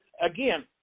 again